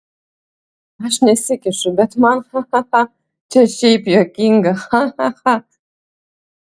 aš nesikišu bet man cha cha cha čia šiaip juokinga cha cha cha